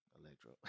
electro